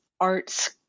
arts